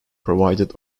provided